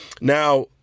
Now